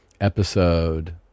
Episode